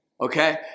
okay